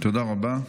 תודה רבה.